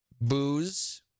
booze